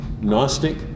gnostic